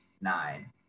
nine